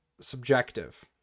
subjective